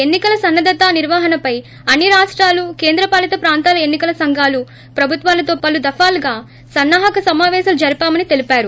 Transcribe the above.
ఎన్ని కల సన్నద్ధత నిర్వహణపై అన్ని రాష్టాలు కేంద్ర పాలిత్ ప్రాంతాల ఎన్నీ కల సంఘాలు ప్రభుత్వాలతో ప్రిలు దఫాలుగా స్టన్సా హక సమావేశాలు జరిపామని తెలిపారు